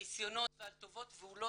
ניסיונות ועל טובות והוא לא זז.